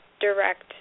direct